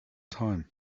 time